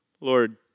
Lord